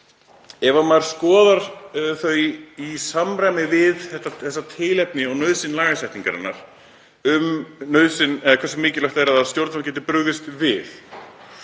ef maður skoðar þau í samræmi við þetta tilefni og nauðsyn lagasetningarinnar um hversu mikilvægt er að stjórnvöld geti brugðist við,